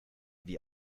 wie